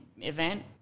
event